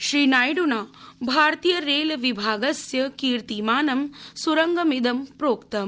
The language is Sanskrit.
श्रीनायड्रना भारतीय रेलविभागस्य कीर्तिमानं स्रंगमिदं प्रोक्तम्